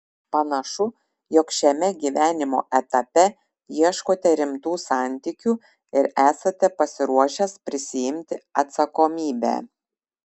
panašu jog šiame gyvenimo etape ieškote rimtų santykių ir esate pasiruošęs prisiimti atsakomybę